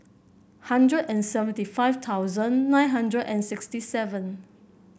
hundred and seventy five thousand nine hundred and sixty seven